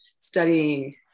studying